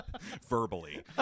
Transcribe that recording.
Verbally